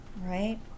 right